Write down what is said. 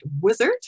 Wizard